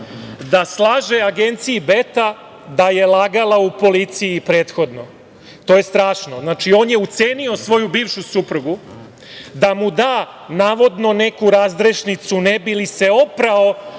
da slaže Agenciji „BETA“ da je lagala u policiji prethodno. To je strašno. Znači, on je ucenio svoju bivšu suprugu da mu da, navodno, neku razrešnicu ne bi li se on oprao